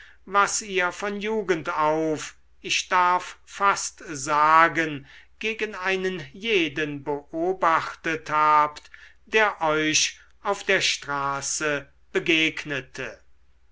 was ihr von jugend auf ich darf fast sagen gegen einen jeden beobachtet habt der euch auf der straße begegnete